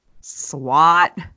SWAT